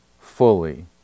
fully